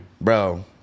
bro